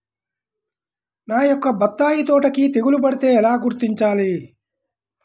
నా యొక్క బత్తాయి తోటకి తెగులు పడితే ఎలా గుర్తించాలి?